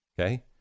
Okay